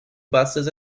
buses